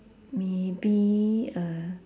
maybe a